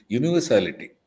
universality